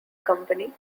company